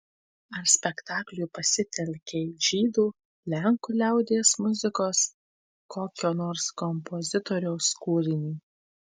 ar spektakliui pasitelkei žydų lenkų liaudies muzikos kokio nors kompozitoriaus kūrinį